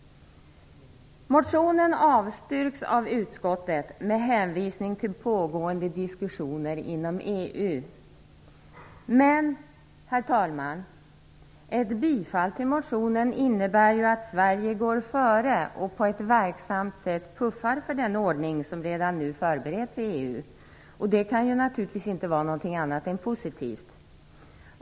Motionen avstyrks av utskottet med hänvisning till pågående diskussioner inom EU. Men, herr talman, ett bifall till motionen innebär ju att Sverige går före och på ett verksamt sätt puffar för den ordning som redan nu förbereds i EU. Det kan naturligtvis inte vara något annat än positivt.